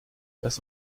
lass